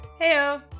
Heyo